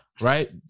Right